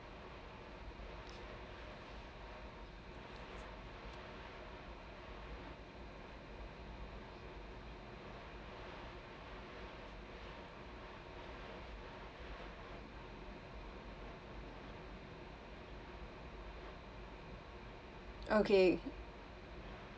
okay